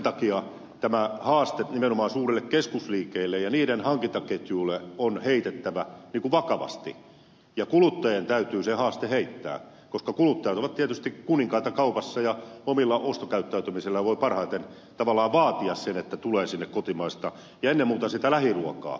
sen takia tämä haaste nimenomaan suurille keskusliikkeille ja niiden hankintaketjuille on heitettävä vakavasti ja kuluttajien täytyy se haaste heittää koska kuluttajat ovat tietysti kuninkaita kaupassa ja omalla ostokäyttäytymisellään voi parhaiten tavallaan vaatia sen että tulee sinne kotimaista ja ennen muuta sitä lähiruokaa